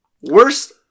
Worst